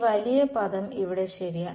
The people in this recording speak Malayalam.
ഈ വലിയ പദം ഇവിടെ ശരിയാണ്